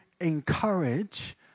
encourage